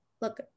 look